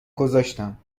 گذاشتم